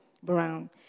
Brown